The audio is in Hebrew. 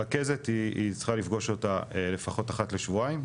הרכזת היא צריכה לפגוש אותה לפחות אחת לשבועיים.